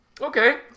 Okay